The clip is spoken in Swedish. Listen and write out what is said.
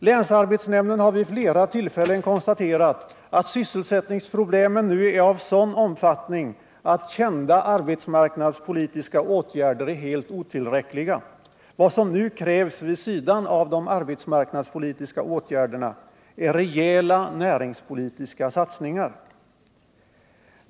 Länsarbetsnämnden har vid flera tillfällen konstaterat att sysselsättningsproblemen nu är av en sådan omfattning att kända arbetsmarknadspolitiska åtgärder är helt otillräckliga. Vad som nu krävs vid sidan av de arbetsmarknadspolitiska åtgärderna är rejäla näringspolitiska satsningar.